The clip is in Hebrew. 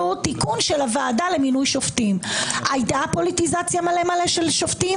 אולי השופט הזה מכיר מישהו מהמחנה הממלכתי שמינה